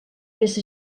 més